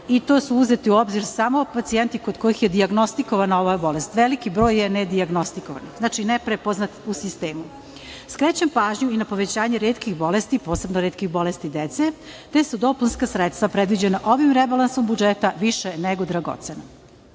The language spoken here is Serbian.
i to su uzeti u obzir samo pacijenti kod kojih je dijagnostikovana ova bolest. Veliki broj je nedijagnostikovan, znači neprepoznat u sistemu. Skrećem pažnju i na povećanje retkih bolesti, posebno retkih bolesti dece, te su dopunska sredstva predviđena ovim rebalansom budžeta više nego dragocena. Ono